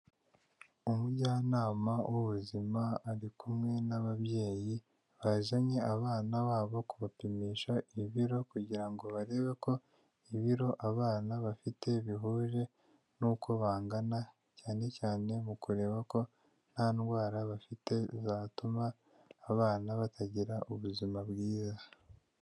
Umujyanama w'ubuzima ari kumwe n'ababyeyi bazanye abana babo kubapimisha ibiro kugira ngo barebe ko ibiro abana bafite bihuje n'uko bangana, cyane cyane mu kureba ko nta ndwara bafite zatuma abana batagira ubuzima bwiza.